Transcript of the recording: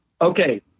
okay